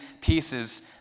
pieces